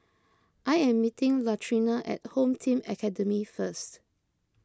I am meeting Latrina at Home Team Academy first